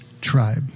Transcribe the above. tribe